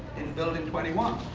in building twenty one.